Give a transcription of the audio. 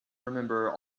remember